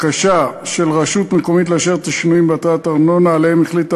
בקשה של רשות מקומית לאשר את השינויים בהטלת הארנונה שעליהם החליטה